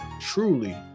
truly